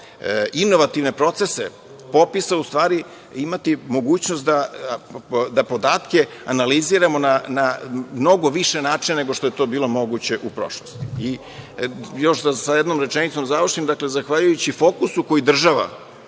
inovativne procese popisa, imati mogućnost da podatke analiziramo na mnogo više načina, nego što je to bilo moguće u prošlosti. Još sa jednom rečenicom da završim. Zahvaljujući fokusu koji država